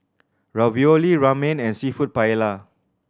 Ravioli Ramen and Seafood Paella